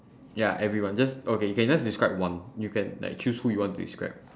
ya everyone just okay you can just describe one you can like choose who you want to describe